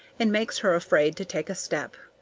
and makes her afraid to take a step.